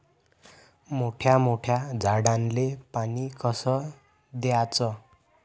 मोठ्या मोठ्या झाडांले पानी कस द्याचं?